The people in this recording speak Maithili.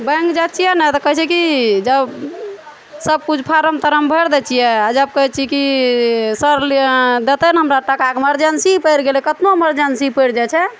बैंक जाइ छियै ने तऽ कहै छै की जब सबकिछु फार्म तारम भरि दै छियै आ जब कहै छियै कि सर देतै ने हमरा टाकाके इमरजेंसी पड़ि गेलै कतनो इमरजेंसी पड़ि जाइ छै